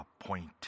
appointed